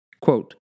Quote